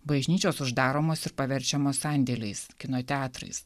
bažnyčios uždaromos ir paverčiamos sandėliais kino teatrais